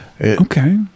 okay